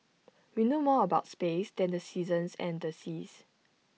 we know more about space than the seasons and the seas